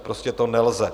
Prostě to nelze.